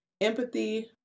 Empathy